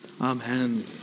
Amen